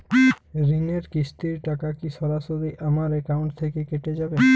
ঋণের কিস্তির টাকা কি সরাসরি আমার অ্যাকাউন্ট থেকে কেটে যাবে?